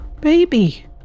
Baby